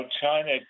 China